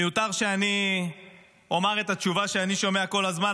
מיותר שאני אומר את התשובה שאני שומע כל הזמן,